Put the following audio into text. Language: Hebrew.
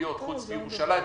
חוץ מאשר בירושלים.